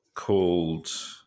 called